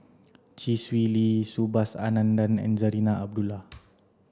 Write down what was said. Chee Swee Lee Subhas Anandan and Zarinah Abdullah